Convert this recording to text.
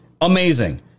amazing